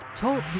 Talk